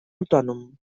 autònom